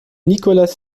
nicolas